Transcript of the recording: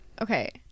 Okay